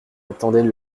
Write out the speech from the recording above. attendait